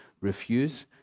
refuse